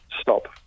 stop